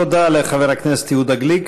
תודה לחבר הכנסת יהודה גליק.